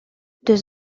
deux